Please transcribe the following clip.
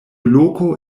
loko